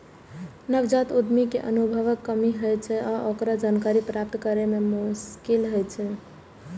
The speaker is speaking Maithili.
नवजात उद्यमी कें अनुभवक कमी होइ छै आ ओकरा जानकारी प्राप्त करै मे मोश्किल होइ छै